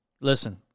Listen